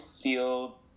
feel